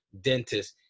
dentist